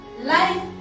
Life